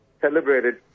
celebrated